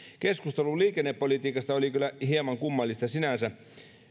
keskustelu liikennepolitiikasta oli kyllä hieman kummallista sinänsä